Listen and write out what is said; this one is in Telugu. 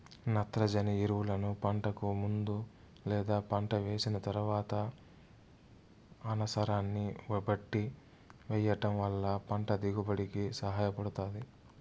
నత్రజని ఎరువులను పంటకు ముందు లేదా పంట వేసిన తరువాత అనసరాన్ని బట్టి వెయ్యటం వల్ల పంట దిగుబడి కి సహాయపడుతాది